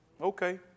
Okay